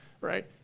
right